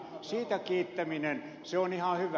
siitä kiittäminen se on ihan hyvä